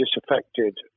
disaffected